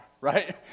right